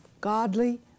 godly